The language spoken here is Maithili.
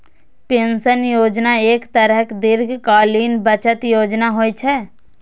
पेंशन योजना एक तरहक दीर्घकालीन बचत योजना होइ छै